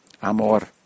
amor